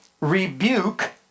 rebuke